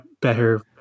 better